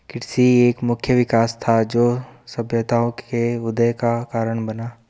कृषि एक मुख्य विकास था, जो सभ्यताओं के उदय का कारण बना